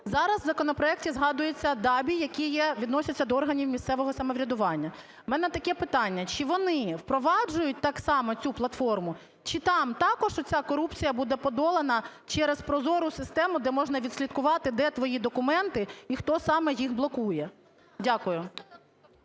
Зараз в законопроекті згадуються ДАБІ, які відносяться до органів місцевого самоврядування. В мене таке питання: чи вони впроваджують так само цю платформу? Чи там також оця корупція буде подолана через прозору систему, де можна відслідкувати, де твої документи і хто саме їх блокує? Дякую.